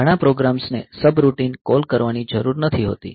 ઘણા પ્રોગ્રામ્સને subroutine call કરવાની જરૂર નથી હોતી